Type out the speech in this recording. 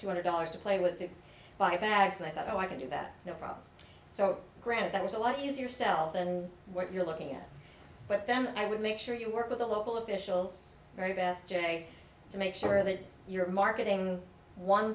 two hundred dollars to play with the buybacks and i thought oh i can do that no problem so granted that was a lot easier sell than what you're looking at but then i would make sure you work with the local officials mary beth j to make sure that you're marketing one